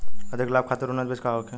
अधिक लाभ खातिर उन्नत बीज का होखे?